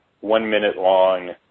one-minute-long